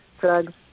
drugs